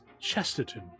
Chesterton